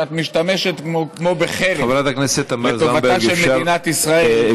שאת משתמשת בו כמו בחרב לטובתה של מדינת ישראל,